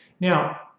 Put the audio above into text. Now